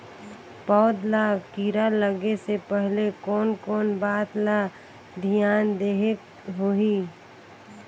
पौध ला कीरा लगे से पहले कोन कोन बात ला धियान देहेक होही?